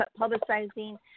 publicizing